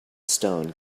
stone